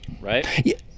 right